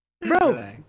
Bro